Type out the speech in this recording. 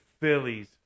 Phillies